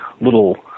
little